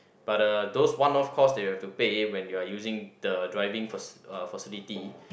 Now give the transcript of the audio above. but uh those one off cost that you have to pay when you are using the driving faci~ uh facility